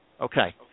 Okay